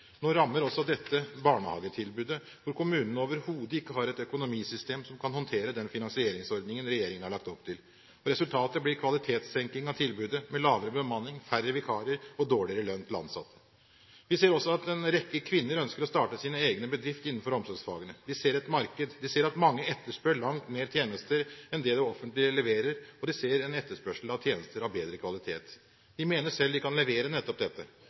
Nå rammer også dette barnehagetilbudet, hvor kommunene overhodet ikke har et økonomisystem som kan håndtere den finansieringsordningen regjeringen har lagt opp til, og resultatet blir kvalitetssenkning av tilbudet med lavere bemanning, færre vikarer og dårligere lønn til ansatte. Vi ser også at en rekke kvinner ønsker å starte sin egen bedrift innenfor omsorgsfagene. De ser et marked. De ser at mange etterspør langt flere tjenester enn det det offentlige leverer, og de ser en etterspørsel etter tjenester av bedre kvalitet. De mener selv de kan levere nettopp dette.